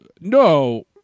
no